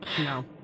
No